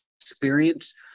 experience